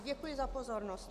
Děkuji za pozornost.